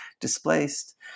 displaced